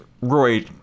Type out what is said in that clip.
Roy